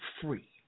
free